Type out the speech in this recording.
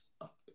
up